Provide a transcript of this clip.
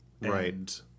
Right